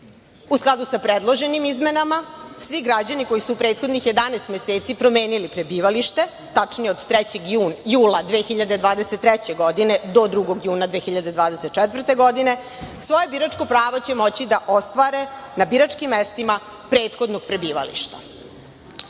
skladu sa predloženim izmenama svi građani koji su prethodnih 11 meseci promenili prebivalište, tačnije od 3. jula 2023. godine do 2. juna 2024. godine, svoje biračko pravo će moći da ostvare na biračkim mestima prethodnog prebivališta.